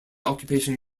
occupation